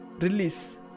release